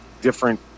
different